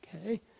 Okay